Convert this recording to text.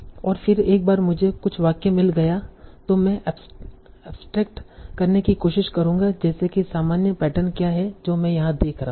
और फिर एक बार मुझे कुछ वाक्य मिल गया है तों मैं एब्सट्रैक्ट करने की कोशिश करूंगा कि सामान्य पैटर्न क्या है जो मैं यहां देख रहा हूं